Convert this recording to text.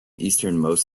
easternmost